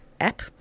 app